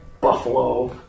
Buffalo